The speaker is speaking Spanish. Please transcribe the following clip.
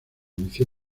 inició